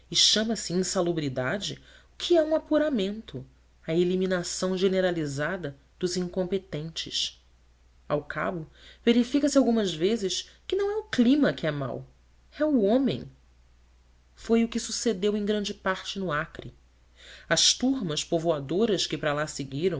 chama-se insalubridade o que é um apuramento a eliminação generalizada dos incompetentes ao cabo verifica-se algumas vezes que não é o clima que é mau é o homem foi o que sucedeu em grande parte no acre as turmas povoadoras que para lá seguiram